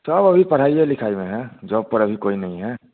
सब अभी पढ़ाई लिखाई में है जॉब पर अभी कोई नहीं है